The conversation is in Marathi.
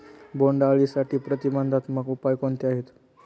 बोंडअळीसाठी प्रतिबंधात्मक उपाय कोणते आहेत?